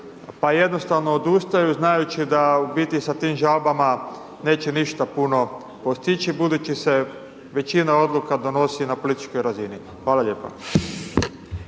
pa jednostavno odustaju znajući da u biti sa tim žalbama neće ništa puno postići budući se većina odluka donosi na političkoj razini. Hvala lijepa.